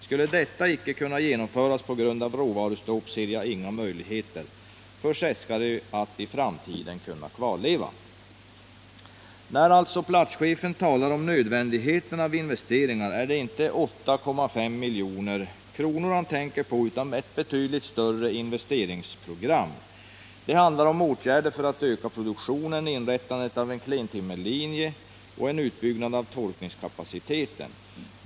Skulle detta inte kunna genomföras på grund av råvarustopp ser jag ingen möjlighet för Seskarö att i framtiden kunna kvarleva.” När platschefen talar om nödvändigheten av investeringar är det inte 8,5 milj.kr. han tänker på utan ett betydligt större investeringsprogram. Det handlar om åtgärder för att öka produktionen, inrättande av en klentimmerlinje och en utbyggnad av torkningskapaciteten.